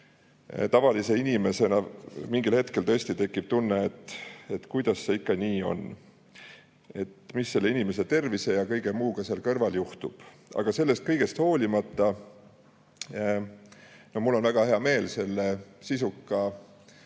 tavalise inimesena mingil hetkel tõesti tekib tunne, et kuidas see ikka nii on ning mis selle inimese tervise ja kõige muuga seal kõrval juhtub. Aga sellest kõigest hoolimata on mul väga hea meel selle sisuka